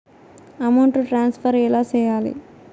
amount transfer ఎలా సేయాలి